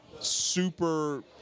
super